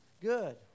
good